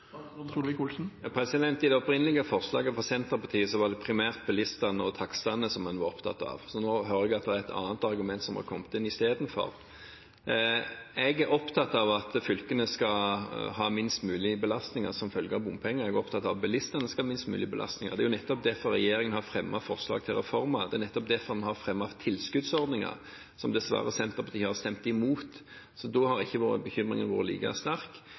I det opprinnelige forslaget fra Senterpartiet var det primært bilistene og takstene som en var opptatt av. Nå hører jeg at det er et annet argument som har kommet inn istedenfor. Jeg er opptatt av at fylkene skal ha minst mulig belastning som følge av bompenger, og jeg er opptatt av at bilistene skal ha minst mulig belastning. Der er nettopp derfor regjeringen har fremmet forslag til reformer. Det er nettopp derfor vi har fremmet tilskuddsordningen – som Senterpartiet dessverre har stemt imot, så da har ikke bekymringen vært like sterk.